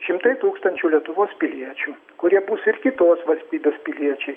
šimtai tūkstančių lietuvos piliečių kurie bus ir kitos valstybės piliečiai